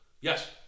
Yes